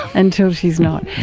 until she is not.